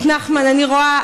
את נחמן אני רואה.